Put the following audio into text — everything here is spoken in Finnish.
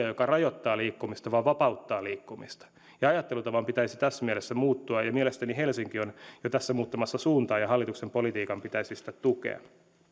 joka rajoittaa liikkumista vaan vapauttaa liikkumista ajattelutavan pitäisi tässä mielessä muuttua ja mielestäni helsinki on jo tässä muuttamassa suuntaa ja hallituksen politiikan pitäisi sitä tukea